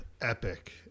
epic